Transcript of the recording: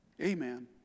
Amen